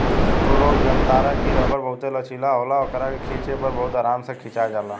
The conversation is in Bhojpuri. तू लोग जनतार की रबड़ बहुते लचीला होला ओकरा के खिचे पर बहुते आराम से खींचा जाला